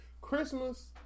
Christmas